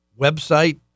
website